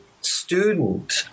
student